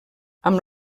amb